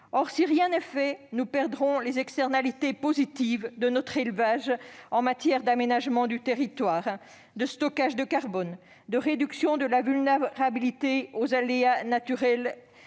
Si rien n'est fait, nous perdrons les externalités positives de notre élevage en matière d'aménagement du territoire, de stockage de carbone, de réduction de la vulnérabilité aux aléas naturels